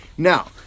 Now